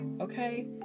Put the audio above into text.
okay